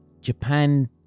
japan